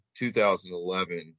2011